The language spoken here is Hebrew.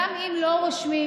גם אם לא רושמים,